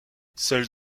seules